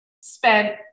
spent